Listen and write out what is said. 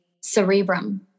cerebrum